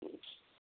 okay